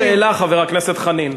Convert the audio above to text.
מה השאלה, חבר הכנסת חנין?